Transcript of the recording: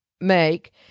make